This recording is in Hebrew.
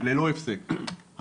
ללא הפסק.